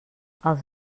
els